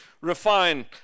refine